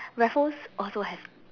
Raffles also have